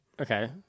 Okay